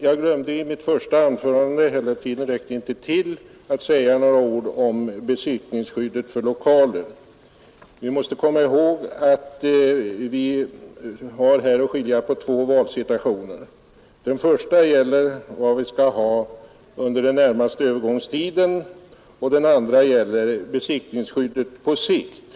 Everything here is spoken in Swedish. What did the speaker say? Jag glömde i mitt första anförande — eller rättare sagt, tiden räckte inte till — att säga några ord om besittningsskyddet för lokaler. Vi måste komma ihåg att vi har en valsituation med två skilda möjligheter. Den första gäller vilka bestämmelser vi skall ha under den närmaste övergångstiden, och den andra gäller besittningsskyddet på sikt.